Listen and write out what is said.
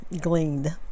gleaned